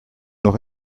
noch